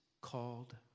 called